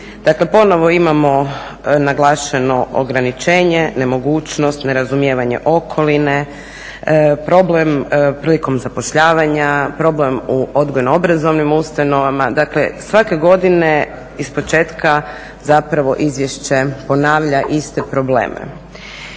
Dakle, ponovno imamo naglašeno ograničenje, nemogućnost, nerazumijevanje okoline, problem prilikom zapošljavanja, problem u odgojno obrazovnim ustanovama. Dakle, svake godine ispočetka zapravo izvješće ponavlja iste probleme.